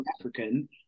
african